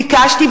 ביקשתי,